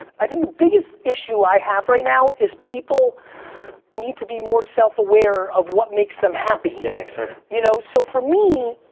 i think the biggest issue i have right now is people need to be more self aware of what makes them happy. yeah you know so for me,